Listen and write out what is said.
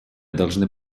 должны